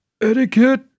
etiquette